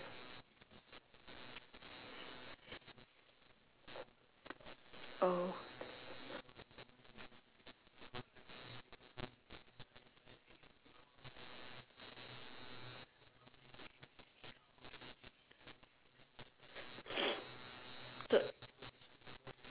oh so